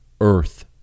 earth